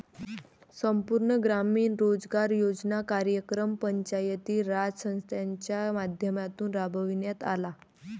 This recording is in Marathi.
संपूर्ण ग्रामीण रोजगार योजना कार्यक्रम पंचायती राज संस्थांच्या माध्यमातून राबविण्यात आला